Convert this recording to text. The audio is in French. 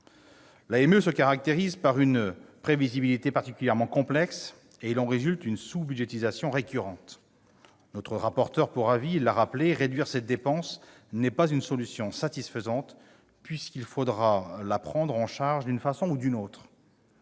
L'AME se caractérise par une prévisibilité particulièrement complexe, dont découle une sous-budgétisation récurrente. Notre rapporteure pour avis l'a rappelé, réduire cette dépense n'est pas une solution satisfaisante : il faudra la prendre en charge d'une façon ou d'une autre.